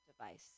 device